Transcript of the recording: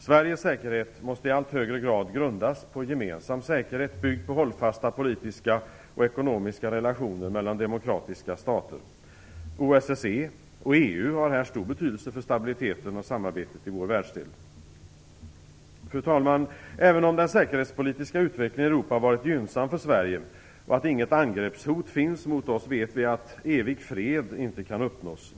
Sveriges säkerhet måste i allt högre grad grundas på gemensam säkerhet byggd på hållfasta politiska och ekonomiska relationer mellan demokratiska stater. OSSE och EU har här stor betydelse för stabiliteten och samarbetet i vår världsdel. Fru talman! Även om den säkerhetspolitiska utvecklingen i Europa har varit gynnsam för Sverige och det inte finns något angreppshot mot oss, vet vi att evig fred inte kan uppnås.